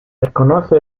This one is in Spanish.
desconoce